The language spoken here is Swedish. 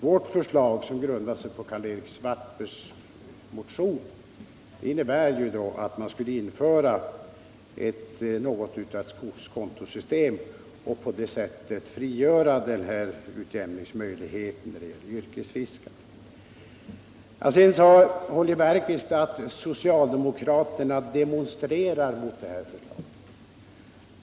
Vårt förslag, som grundar sig på Karl-Erik Svartbergs motion, innebär att man skulle införa ett slags skogskontosystem och på det sättet frigöra denna utjämningsmöjlighet när det gäller yrkesfiskarna. Sedan sade Holger Bergqvist att socialdemokraterna demonstrerar mot detta förslag.